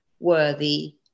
worthy